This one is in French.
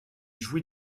jouit